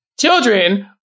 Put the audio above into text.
children